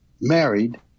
married